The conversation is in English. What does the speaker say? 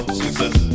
success